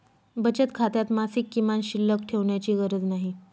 बचत खात्यात मासिक किमान शिल्लक ठेवण्याची गरज नाही